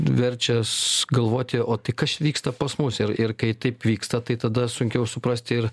verčia s galvoti o tai kas čia vyksta pas mus ir ir kai taip vyksta tai tada sunkiau suprasti ir